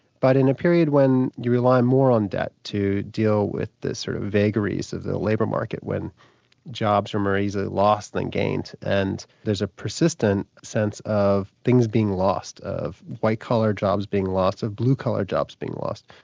but in a period when you rely more on debt to deal with the sort of vagaries of the labour market when jobs are more easily lost than gained, and there's a persistent sense of things being lost, of white collar jobs being lost and blue collar jobs being lost.